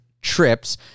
trips